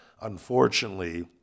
unfortunately